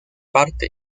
parte